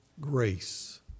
grace